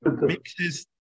mixes